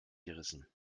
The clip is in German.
gerissen